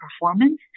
performance